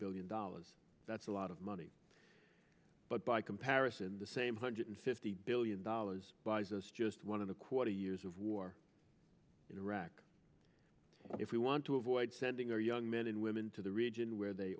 billion dollars that's a lot of money but by comparison the same hundred fifty billion dollars buys us just one of the quarter years of war in iraq if we want to avoid sending our young men and women to the region where they